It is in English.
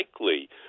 likely